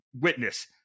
witness